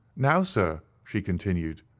now, sir she continued,